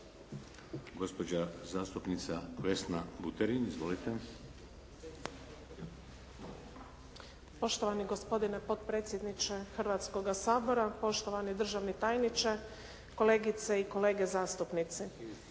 Gospođa zastupnica Vesna Buterin. Izvolite. **Buterin, Vesna (HDZ)** Poštovani gospodine potpredsjedniče Hrvatskog sabora, poštovani držani tajniče, kolegice i kolege zastupnici.